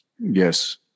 Yes